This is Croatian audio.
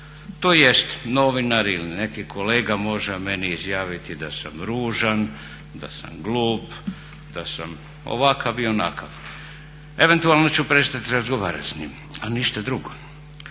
tj. novinari ili neki kolega može o meni izjaviti da sam ružan, da sam glup, da sam ovakav ili onakav, eventualno ću prestati razgovarati s njime ali ništa drugo.